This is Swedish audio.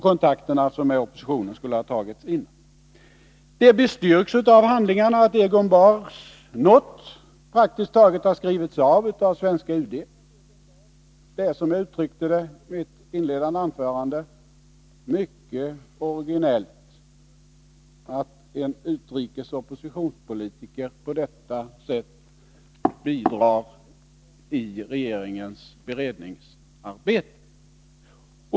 Kontakterna med oppositionen skulle alltså ha tagits dessförinnan. Det bestyrks av handlingarna att Egon Bahrs note praktiskt taget har skrivits av av svenska UD. Det är, som jag uttryckte det i mitt inledande anförande, mycket originellt att en utrikes oppositionspolitiker på detta sätt bidrar i regeringens beredningsarbete.